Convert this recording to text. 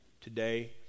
today